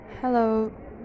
Hello